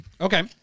Okay